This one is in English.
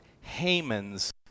Haman's